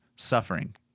Suffering